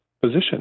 position